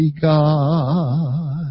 God